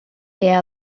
air